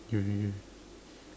K K K